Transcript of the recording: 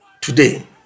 Today